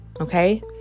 okay